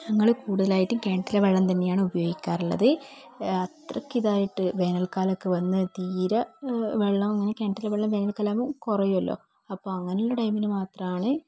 ഞങ്ങൾ കൂടുതലായിട്ടും കിണറ്റിലെ വെള്ളം തന്നെയാണ് ഉപയോഗിക്കാറുള്ളത് അത്രക്കിതായിട്ട് വേനൽക്കാലമൊക്കെ വന്ന് തീരെ വെള്ളം അങ്ങനെ കിണറ്റിലെ വെള്ളം വേനൽക്കലാകുമ്പം കുറയോല്ലോ അപ്പോൾ അങ്ങനുള്ള ടൈമിൽ മാത്രമാണ്